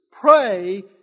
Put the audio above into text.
pray